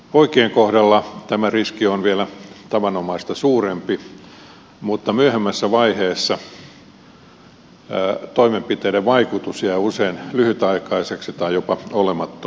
poikien kohdalla tämä riski on vielä tavanomaista suurempi mutta myöhemmässä vaiheessa toimenpiteiden vaikutus jää usein lyhytaikaiseksi tai jopa olemattomaksi